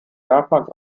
japans